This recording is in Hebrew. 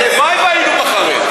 הלוואי שהיינו בחריין.